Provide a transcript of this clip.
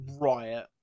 riot